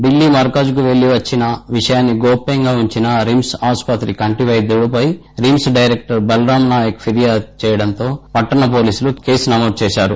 డిల్లీ మర్కజ్ కు పెళ్లి వచ్చిన విషయాన్ని గోప్యంగా ఉంచిన రిమ్స్ ఆసుపత్రి పైద్యుడిపై రిమ్స్ డైరెక్టర్ ఫిర్యాదు చేయడంతో పట్టణ పోలీసులు కేసు నమోదు చేసారు